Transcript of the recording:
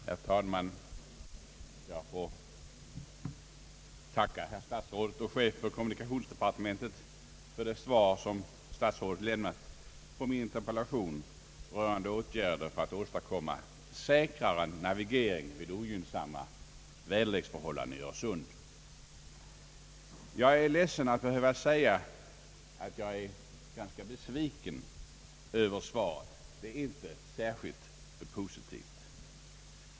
Herr talman! Jag tackar herr statsrådet för det svar som han lämnat på min interpellation rörande åtgärder för att åstadkomma säkrare navigering vid ogynnsamma väderleksförhållanden i Öresund. Jag är ledsen att behöva säga att jag är ganska besviken över svaret. Det är inte särskilt positivt.